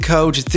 Code